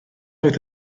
oedd